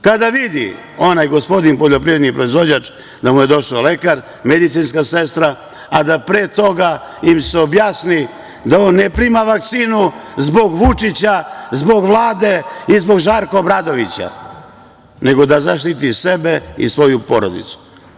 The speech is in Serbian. Kada vidi onaj gospodin poljoprivredni proizvođač da mu je došao lekar, medicinska sestra, a da pre toga im se objasni da on ne prima vakcinu zbog Vučića, zbog Vlade i zbog Žarka Obradovića, nego da zaštiti sebe i svoju porodicu.